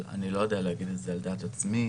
אבל אני לא יודע להגיד את זה על דעת עצמי.